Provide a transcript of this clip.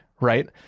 right